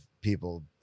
people